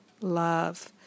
love